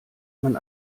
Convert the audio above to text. man